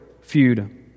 feud